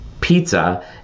pizza